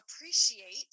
appreciate